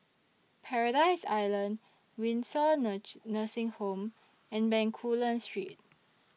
Paradise Island Windsor Nursing Home and Bencoolen Street